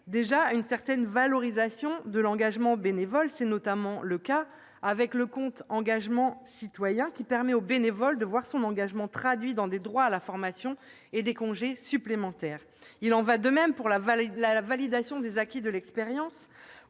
déjà une certaine valorisation de l'engagement bénévole. C'est notamment le cas avec le compte engagement citoyen, qui permet au bénévole de voir son engagement traduit dans des droits à la formation et à des congés supplémentaires. Il en va de même pour la validation des acquis de l'expérience